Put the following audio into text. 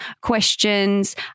questions